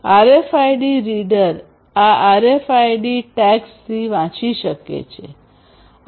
RFID reader આ RFID ટેગ્સથી વાંચી શકે છે